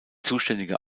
zuständige